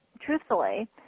truthfully